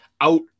out